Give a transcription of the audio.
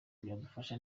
byadufasha